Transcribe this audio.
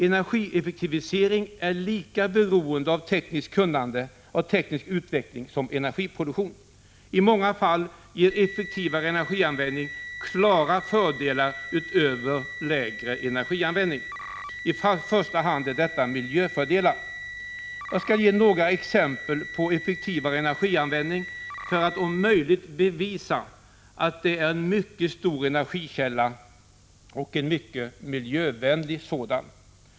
Energieffektivisering är lika beroende av tekniskt kunnande och teknisk utveckling som energiproduktion. I många fall ger effektivare energianvändning klara fördelar utöver lägre energiåtgång. I första hand är detta miljöfördelar. Jag skall ge några exempel på effektivare energianvändning för att om möjligt bevisa att det är en mycket stor energikälla och en mycket miljövänlig sådan.